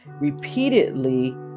repeatedly